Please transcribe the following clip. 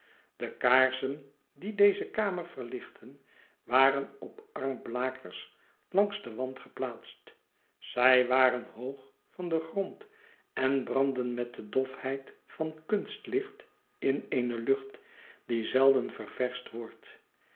de kaarsen die deze kamer verlichtten waren op armblakers langs den wand geplaatst zij waren hoog van den grond en brandden met de dofheid van kunstlicht in eene lucht die zelden ververscht wordt